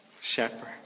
shepherd